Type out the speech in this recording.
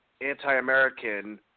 anti-American